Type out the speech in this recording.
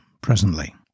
presently